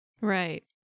Right